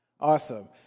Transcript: Awesome